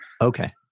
Okay